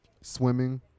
Swimming